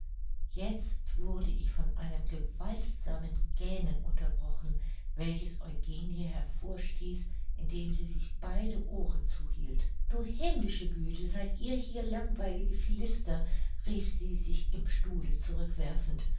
jetzt wurde ich von einem gewaltsamen gähnen unterbrochen welches eugenie hervorstieß indem sie sich beide ohren zuhielt du himmlische güte seid ihr hier langweilige philister rief sie sich im stuhle